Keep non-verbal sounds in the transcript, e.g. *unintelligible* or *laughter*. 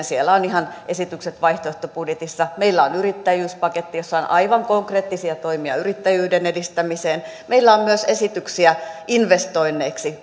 *unintelligible* siellä on ihan esitykset vaihtoehtobudjetissa meillä on yrittäjyyspaketti jossa on aivan konkreettisia toimia yrittäjyyden edistämiseen meillä on myös esityksiä investoinneiksi *unintelligible*